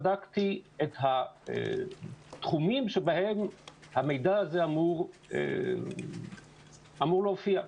בדקתי את התחומים שבהם המידע הזה אמור להופיע.